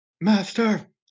Master